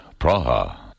Praha